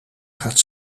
gaat